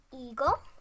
Eagle